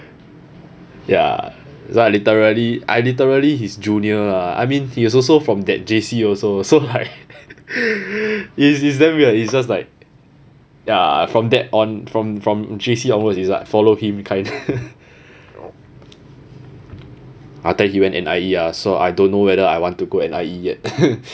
ya ya literally I literally his junior lah I mean he was also from that J_C also so like it is it's damn weird it's just like ya from there on from from J_C onwards is like follow him kind after he went N_I_E ah so i don't know whether I want to go N_I_E yet